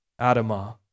Adama